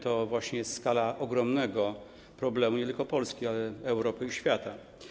To właśnie jest skala ogromnego problemu nie tylko Polski, ale także Europy i świata.